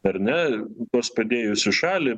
ar ne vos padėjus į šalį